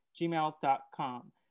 gmail.com